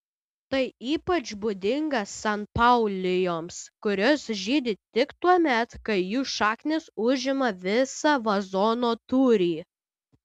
tai ypač būdinga sanpaulijoms kurios žydi tik tuomet kai jų šaknys užima visą vazono tūrį